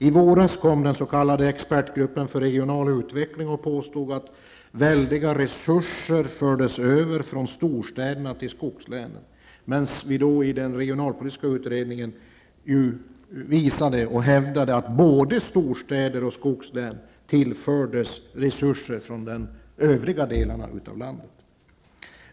I våras påstod den s.k. expertgruppen för regional utveckling att väldiga resurser fördes över från storstäderna till skogslänen. I den regionalpolitiska utredningen hävdade vi emellertid att både storstäder och skogslän tillfördes resurser från de övriga delarna av landet.